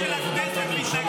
אסור לו לגעת בה, הוא בניגוד